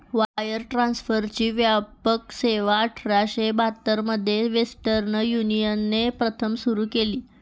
wire ट्रान्सफरची व्यापक सेवाआठराशे बहात्तर मध्ये वेस्टर्न युनियनने प्रथम सुरू केली